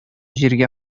җиргә